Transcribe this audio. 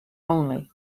only